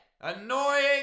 Annoying